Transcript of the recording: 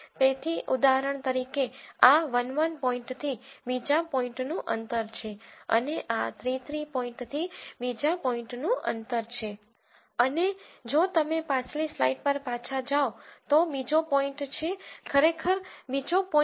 તેથી ઉદાહરણ તરીકે આ 11 પોઈન્ટથી બીજા પોઈન્ટનું અંતર છે અને આ 33 પોઈન્ટથી બીજા પોઈન્ટનું અંતર છે અને જો તમે પાછલી સ્લાઇડ પર પાછા જાઓ તો બીજો પોઈન્ટ છે ખરેખર બીજો પોઈન્ટ 1